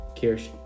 Kirsch